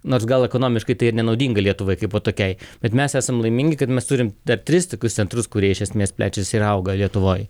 nors gal ekonomiškai tai ir nenaudinga lietuvai kaip vat tokiai bet mes esam laimingi kad mes turim dar tris tokius centrus kurie iš esmės plečiasi ir auga lietuvoj